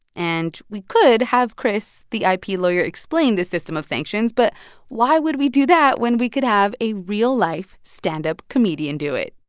and we could have chris, the ip yeah lawyer, explain the system of sanctions. but why would we do that when we could have a real-life stand-up comedian do it?